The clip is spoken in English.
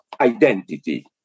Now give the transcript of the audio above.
identity